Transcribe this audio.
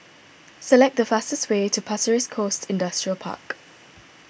select the fastest way to Pasir Ris Coast Industrial Park